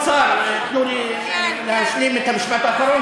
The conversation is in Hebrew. תני לי להמשיך.